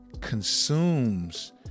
consumes